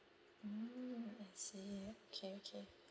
mm I see okay okay